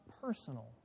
personal